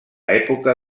època